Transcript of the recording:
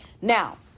Now